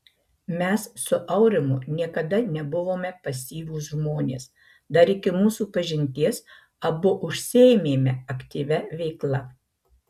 mes su aurimu niekada nebuvome pasyvūs žmonės dar iki mūsų pažinties abu užsiėmėme aktyvia veikla